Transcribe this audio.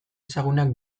ezagunak